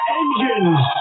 engines